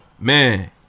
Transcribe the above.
Man